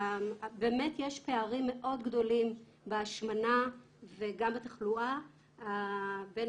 באמת יש פערים מאוד גדולים בהשמנה וגם בתחלואה בין